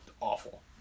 awful